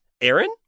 Aaron